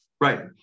Right